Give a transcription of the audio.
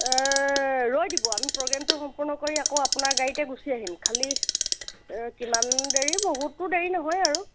ৰৈ দিব আমি প্ৰগ্ৰেমটো সম্পূৰ্ণ কৰি আকৌ আপোনাৰ গাড়ীতে গুচি আহিম খালী কিমান দেৰি বহুততো দেৰি নহয় আৰু